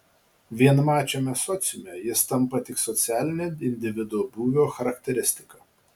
vienmačiame sociume jis tampa tik socialine individo būvio charakteristika